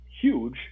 huge